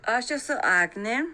aš esu agnė